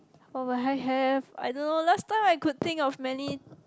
what will I have I don't know last time I could think of many